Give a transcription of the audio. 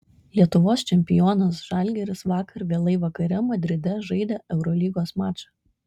lietuvos čempionas žalgiris vakar vėlai vakare madride žaidė eurolygos mačą